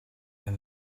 and